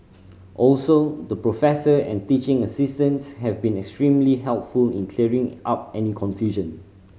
also the professor and teaching assistants have been extremely helpful in clearing up any confusion